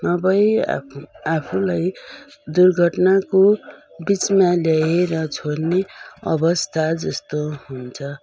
नभए आफ आफूलाई दुर्घटनाको बिचमा ल्याएर छोड्ने अवस्था जस्तो हुन्छ